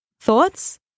Thoughts